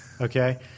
okay